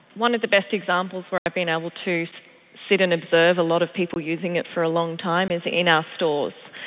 one of the best examples where i've been able to so sit and observe a lot of people using it for a long time is in our stores.